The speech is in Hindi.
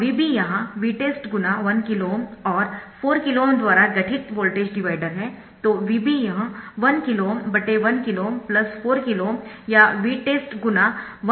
यह VB यहां Vtest ×1KΩ और 4 KΩ द्वारा गठित वोल्टेज डिवाइडर हैतो VB यह 1KΩ1KΩ 4 KΩ या Vtest × 15 है